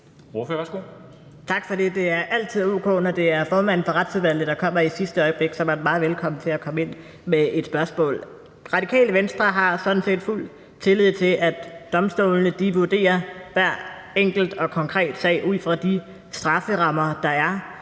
Tak for det. Det er altid o.k., når det er formanden for Retsudvalget, der kommer i sidste øjeblik; så er man meget velkommen til at komme med et spørgsmål. Radikale Venstre har sådan set fuld tillid til, at domstolene vurderer hver enkelt og konkret sag ud fra de strafferammer, der er.